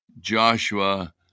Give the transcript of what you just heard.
joshua